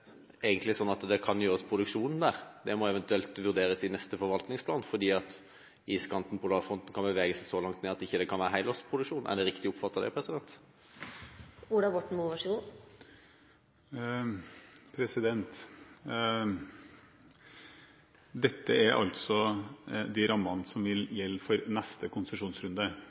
egentlig slik at det ikke kan startes produksjon der? Det må eventuelt vurderes i neste forvaltningsplan, fordi iskanten og polarfronten kan bevege seg så langt ned at det ikke kan være helårsproduksjon. Er det riktig oppfattet? Dette er rammene som gjelder for neste konsesjonsrunde.